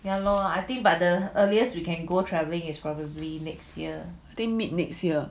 think mid next year